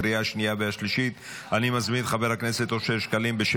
התקבלה בקריאה השנייה והשלישית ותיכנס לספר החוקים.